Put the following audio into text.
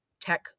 tech